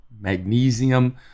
magnesium